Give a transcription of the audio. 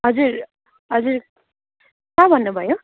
हजुर हजुर कहाँ भन्नुभयो